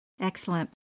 Excellent